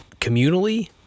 communally